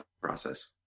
process